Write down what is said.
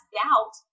doubt